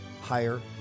higher